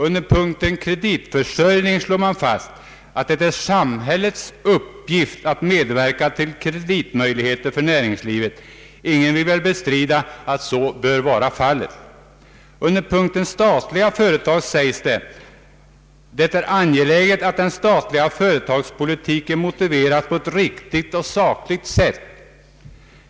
Under punkten kreditförsörjning slås fast att det är ”samhällets uppgift att medverka till kreditmöjligheter för näringslivet”. Ingen vill väl bestrida att så bör vara fallet. Under punkten statliga fö retag sägs att det är ”angeläget att den statliga företagspolitiken motiveras på ett riktigt och sakligt sätt”.